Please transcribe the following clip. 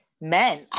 men